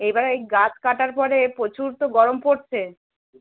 এইবার এই গাছ কাটার পরে প্রচুর তো গরম পড়ছে